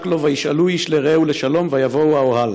לו וישאלו איש לרעהו לשלום ויבואו האהלה"